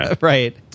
right